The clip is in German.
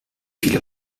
viele